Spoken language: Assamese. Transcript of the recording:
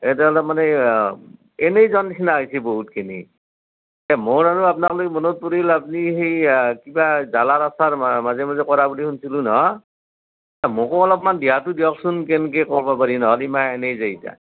এতিয়া অলপ মানে এনেই যাৱাৰ নিচিনা হৈছি বহুত খিনি এই মোৰ আৰু আপনাৰলে মনত পৰিল আপুনি সেই কিবা জালাৰ আছাৰ মাজে মাজে কৰা বুলি শুনিছিলোঁ নহয় মোকো অলপমান দিহাতো দিয়কচোন কেনকে কৰবা পাৰি নহলি এমেখান এনেই যায় ইতান